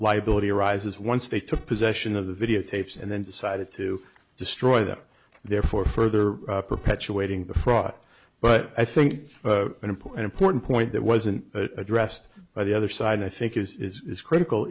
liability arises once they took possession of the videotapes and then decided to destroy them therefore further perpetuating the fraud but i think an important important point that wasn't addressed by the other side i think is critical